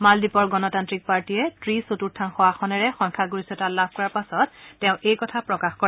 মালদ্বীপৰ গণতান্ত্ৰিক পাৰ্টীয়ে ত্ৰি চতূৰ্থাংশ আসনেৰে সংখ্যাগৰিষ্ঠতা লাভ কৰাৰ পাছত তেওঁ এই কথা প্ৰকাশ কৰে